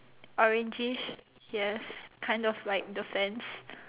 orangey yes kind of like the fence